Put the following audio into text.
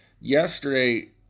yesterday